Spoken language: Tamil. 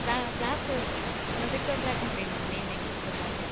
வ க்ளாஸ்ஸு ஆ சிக்ஸ் ஓ க்ளாக் முடியும் மேம் ஈவினிங் சிக்ஸ் ஓ க்ளாக்கு